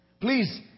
Please